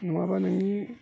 नङाब्ला नोंनि